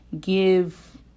give